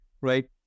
right